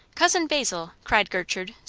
cousin basil! cried gertrude,